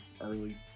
early